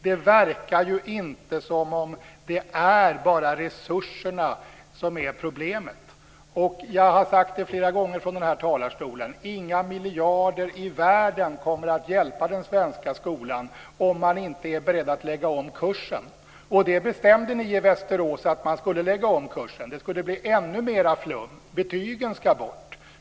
Det verkar inte som att det bara är resurserna som är problemet. Och jag har sagt flera gånger i den här talarstolen att inga miljarder i världen kommer att hjälpa den svenska skolan om man inte är beredd att lägga om kursen. Ni bestämde i Västerås att man skulle lägga om kursen. Det skulle bli ännu mera flum. Betygen ska bort.